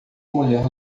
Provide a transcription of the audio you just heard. mulher